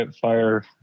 fire